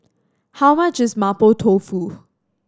how much is Mapo Tofu